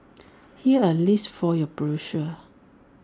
here's A list for your perusal